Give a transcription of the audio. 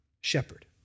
shepherd